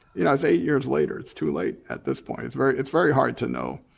you know it's eight years later, it's too late at this point. it's very it's very hard to know.